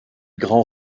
grands